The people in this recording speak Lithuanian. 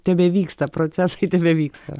tebevyksta procesai tebevyksta